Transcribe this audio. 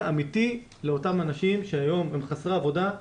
אמיתי לאותם אנשים שהיום הם חסרי עבודה,